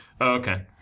Okay